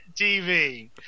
TV